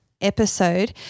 episode